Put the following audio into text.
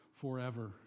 forever